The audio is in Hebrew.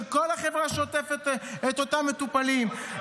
של כל החברה שעוטפת את אותם מטופלים.